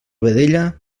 vedella